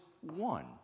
one